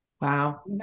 Wow